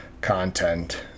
content